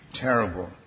terrible